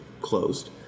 closed